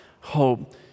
hope